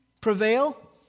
prevail